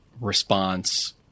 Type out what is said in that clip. response